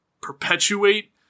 perpetuate